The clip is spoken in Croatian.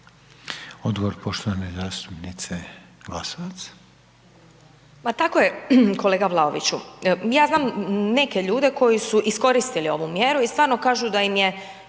Odgovor poštovane zastupnice Glasovac.